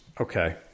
Okay